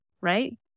right